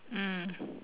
mm